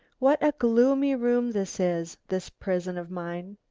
what a gloomy room this is, this prison of mine.